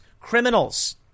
criminals